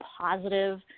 positive